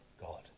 God